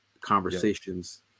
conversations